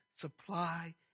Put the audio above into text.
supply